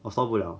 我受不了